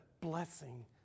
blessing